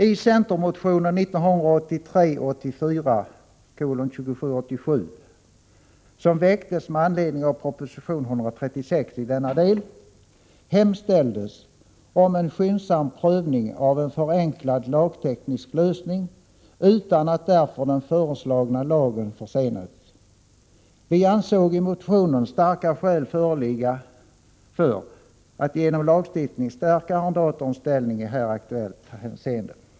I centermotionen 1983/84:2787, som väcktes med anledning av proposition 136 i denna del, hemställdes om en skyndsam prövning av en förenklad lagteknisk lösning utan att därför den föreslagna lagen försenades. Vi ansåg i motionen starka skäl föreligga för att genom lagstiftning stärka arrendatorns ställning i här aktuellt hänseende.